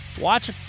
Watch